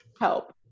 help